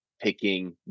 picking